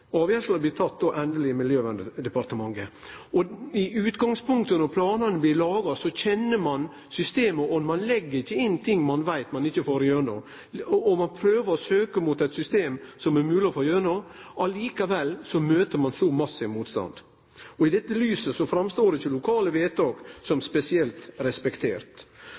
endeleg blir teken i Miljøverndepartementet. I utgangspunktet – når planane blir lagde – kjenner ein systemet og legg ikkje inn ting ein veit ein ikkje får igjennom. Ein prøver å søkje mot eit system som det er mogleg å få igjennom. Likevel møter ein massiv motstand. I dette lyset står ikkje lokale vedtak fram som spesielt